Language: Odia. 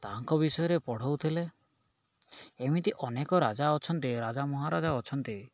ତାଙ୍କ ବିଷୟରେ ପଢ଼ଉଥିଲେ ଏମିତି ଅନେକ ରାଜା ଅଛନ୍ତି ରାଜା ମହାରାଜା ଅଛନ୍ତି